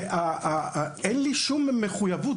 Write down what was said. ואין לי שום מחויבות.